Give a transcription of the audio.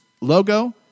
logo